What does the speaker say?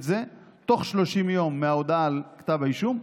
זה בתוך 30 יום מההודעה על כתב האישום,